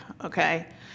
okay